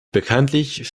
bekanntlich